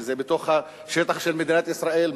שזה בתוך השטח של מדינת ישראל,